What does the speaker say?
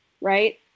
right